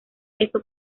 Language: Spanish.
eso